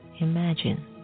imagine